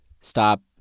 stop